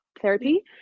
therapy